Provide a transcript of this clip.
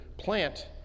Plant